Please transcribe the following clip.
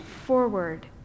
forward